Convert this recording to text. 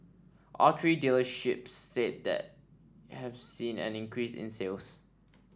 all three dealerships said that have seen an increase in sales